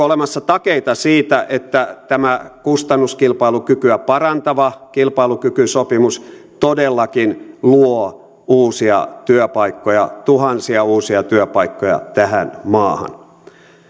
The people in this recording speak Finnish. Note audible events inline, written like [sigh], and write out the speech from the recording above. [unintelligible] olemassa takeita siitä että tämä kustannuskilpailukykyä parantava kilpailukykysopimus todellakin luo uusia työpaikkoja tuhansia uusia työpaikkoja tähän maahan